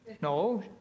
No